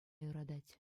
юратать